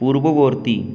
পূর্ববর্তী